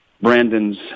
Brandon's